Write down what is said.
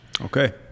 Okay